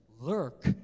lurk